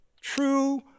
true